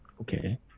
Okay